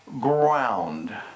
ground